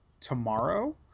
tomorrow